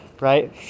right